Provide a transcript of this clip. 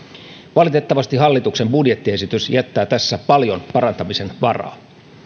valitettavasti hallituksen budjettiesitys jättää tässä paljon parantamisen varaa